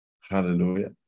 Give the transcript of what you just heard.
hallelujah